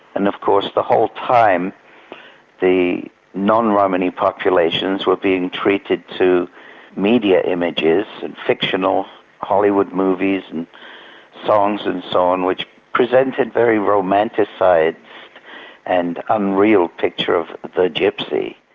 and of course the whole time the non-romany populations were being treated to media images and fictional hollywood movies, and songs and so on, which presented very a romanticised and unreal picture of the gypsy.